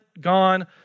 gone